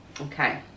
okay